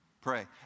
Pray